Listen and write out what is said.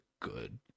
Good